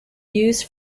used